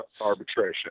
arbitration